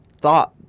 thought